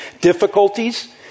difficulties